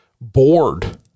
bored